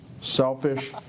selfish